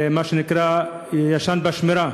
שנקרא, ישנה בשמירה.